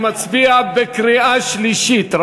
אני מצביע בקריאה שלישית,